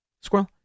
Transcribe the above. Squirrel